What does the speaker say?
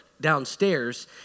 downstairs